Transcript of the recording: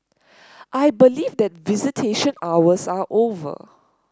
I believe that visitation hours are over